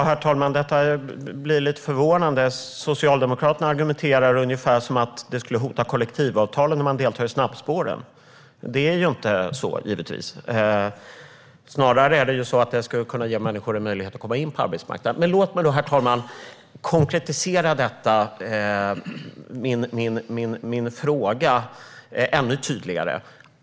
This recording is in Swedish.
Herr talman! Detta blir lite förvånande. Socialdemokraterna argumenterar ungefär som om det skulle hota kollektivavtalen att delta i snabbspåren. Det är givetvis inte så. Snarare är det så att det ska kunna ge människor en möjlighet att komma in på arbetsmarknaden. Låt mig då, herr talman, konkretisera min fråga ännu tydligare.